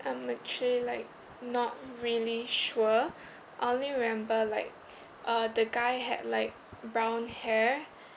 I'm actually like not really sure only remember like uh the guy had like brown hair